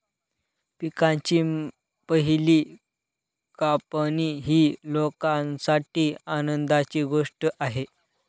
पिकांची पहिली कापणी ही लोकांसाठी आनंदाची गोष्ट आहे